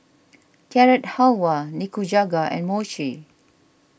Carrot Halwa Nikujaga and Mochi